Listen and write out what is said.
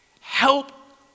Help